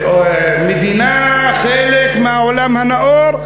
או מדינה חלק מהעולם הנאור,